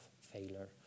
failure